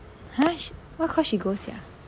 !huh! sh~ what course she go sia